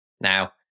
now